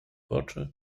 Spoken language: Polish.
oczy